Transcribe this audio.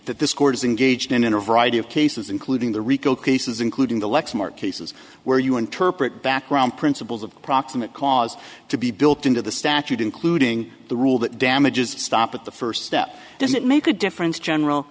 this court is engaged in in a variety of cases including the rico cases including the lexmark cases where you interpret background principles of proximate cause to be built into the statute including the rule that damages stop at the first step does it make a difference general